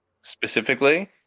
Specifically